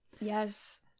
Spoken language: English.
Yes